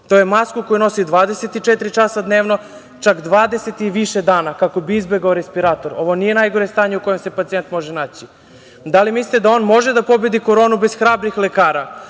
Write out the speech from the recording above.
To je maska koji nosi 24 časa dnevno, čak 20 i više dana, kako bi izbegao respirator. Ovo nije najgore stanje u kojem se pacijent može naći. Da li mislite da on može da pobedi koronu bez hrabrih lekara,